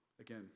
Again